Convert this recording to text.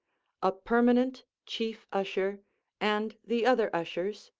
a permanent chief usher and the other ushers,